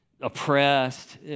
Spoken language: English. oppressed